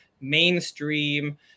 mainstream